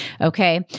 Okay